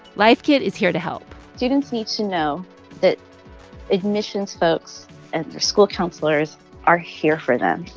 life kit is here to help students need to know that admissions folks and their school counselors are here for them.